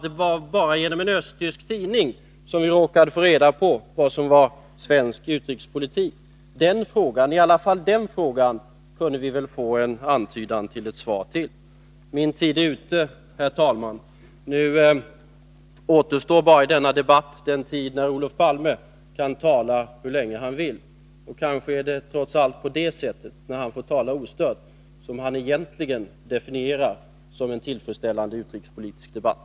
Det var bara genom en östtysk tidning vi råkade få reda på vad som var svensk utrikespolitik. I alla fall på den frågan kunde vi väl få en antydan till ett svar. Min taletid är ute, herr talman. Nu återstår bara i denna debatt den tid när Olof Palme kan tala hur länge han vill. Kanske är det trots allt de tillfällen då han får tala ostört som han egentligen definierar som en tillfredsställande utrikespolitisk debatt.